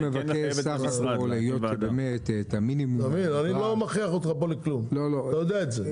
אתה מבין תמיר אני לא מכריח אותך פה לכלום אתה יודע את זה.